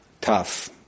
tough